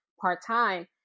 part-time